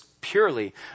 purely